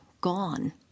gone